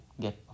get